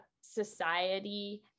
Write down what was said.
society